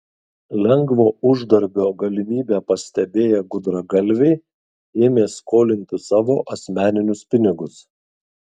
lengvo uždarbio galimybę pastebėję gudragalviai ėmė skolinti savo asmeninius pinigus